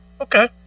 okay